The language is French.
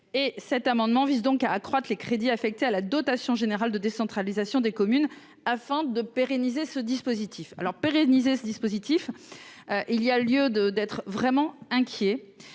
cet amendement vise donc à accroître les crédits affectés à la dotation générale de décentralisation des communes afin de pérenniser ce dispositif alors pérenniser ce dispositif il y a lieu de d'être vraiment inquiet